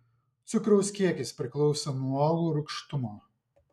cukraus kiekis priklauso nuo uogų rūgštumo